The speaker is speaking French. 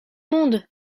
monde